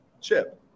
Chip